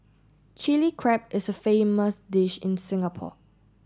Chilli Crab is a famous dish in Singapore